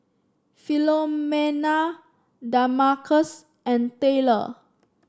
Philomena Damarcus and Tylor